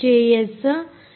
JS node